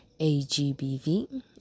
agbv